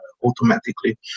Automatically